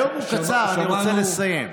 היום הוא קצר, אני רוצה לסיים.